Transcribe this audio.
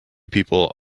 people